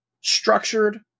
structured